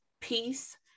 peace